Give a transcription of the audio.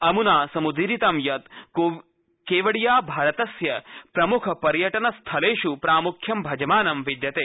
अमुना समुदीरित यत् केवडिया भारतस्य प्रमुख पर्यटनस्थलेष् प्रामुख्य भजमाने विद्यते